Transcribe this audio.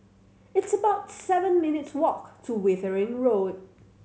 it's about seven minutes' walk to Wittering Road